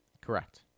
Correct